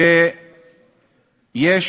שיש